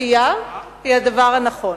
עשייה היא הדבר הנכון.